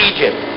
Egypt